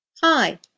Hi